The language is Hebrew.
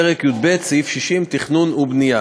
ובפרק י"ב סעיף 60 (תכנון ובנייה).